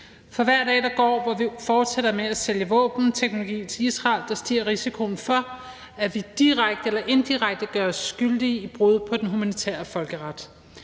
For hver dag der går, hvor vi fortsætter med at sælge våbenteknologi til Israel, stiger risikoen for, at vi direkte eller indirekte gør os skyldige i brud på den humanitære folkeret.